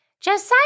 Josiah